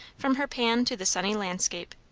from her pan to the sunny landscape.